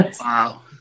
wow